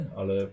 ale